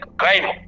crime